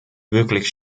wirklich